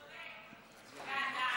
אתה צודק.